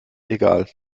egal